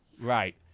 right